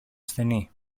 ασθενή